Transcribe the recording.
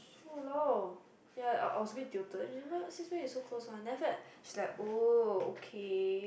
!walao! ya I I was a bit tilted why since when you so close one then after that she was like oh okay